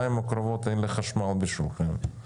אין לי חשמל בשבילכם בשנתיים הקרובות.